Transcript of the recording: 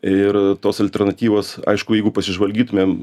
ir tos alternatyvos aišku jeigu pasižvalgytumėm